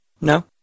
No